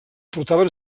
portaven